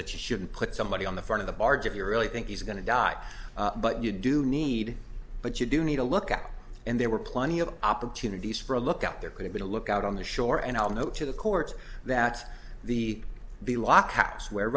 that you shouldn't put somebody on the front of the barge if you really think he's going to die but you do need but you do need a lookout and there were plenty of opportunities for a lookout there could have been a lookout on the shore and i'll note to the courts that the the lock house